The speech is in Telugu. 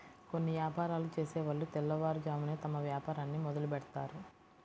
కొన్ని యాపారాలు చేసేవాళ్ళు తెల్లవారుజామునే తమ వ్యాపారాన్ని మొదలుబెడ్తారు